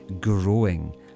growing